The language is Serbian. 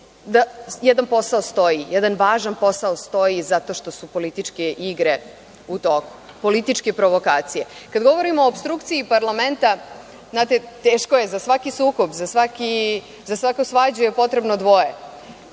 da jedan posao stoji, jedan važan posao stoji zato što su to političke igre u toku, političke provokacije. Kada govorimo o opstrukciji parlamenta, znate, teško je, za svaki sukob, za svaku svađu je potrebno dvoje,